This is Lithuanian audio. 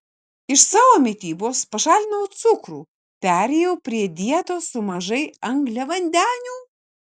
iš savo mitybos pašalinau cukrų perėjau prie dietos su mažai angliavandenių